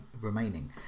remaining